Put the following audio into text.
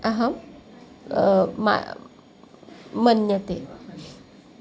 अहं मा मन्यते